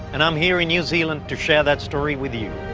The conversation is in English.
and i'm here in new zealand to share that story with you.